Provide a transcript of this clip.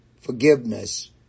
forgiveness